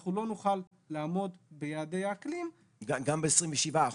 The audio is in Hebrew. אנחנו לא נוכל לעמוד ביעדי האקלים --- גם ב-27 אחוזים?